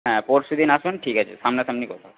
হ্যাঁ পরশুদিন আসুন ঠিক আছে সামনাসামনি কথা হবে